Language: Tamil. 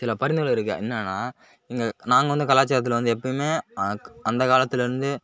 சில பரிந்துரை இருக்குது என்னென்னா இங்கே நாங்கள் வந்து கலாச்சாரத்தில் வந்து எப்பையுமே அதுக்கு அந்த காலத்துலேருந்து